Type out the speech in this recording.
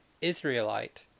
Israelite